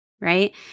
right